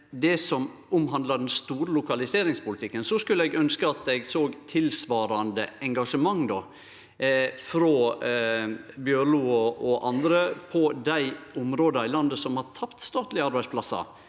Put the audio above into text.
det som omhandlar den store lokaliseringspolitikken, skulle eg ynskje at eg såg tilsvarande engasjement frå Bjørlo og andre for dei områda i landet som har tapt statlege arbeidsplassar